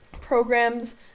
programs